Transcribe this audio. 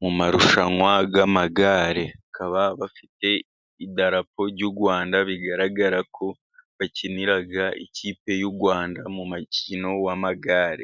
mu marushanwa y'amagare, bakaba bafite idarapo ry'u Rwanda bigaragara ko bakinira ikipe y'u Rwanda mu mukino w'amagare.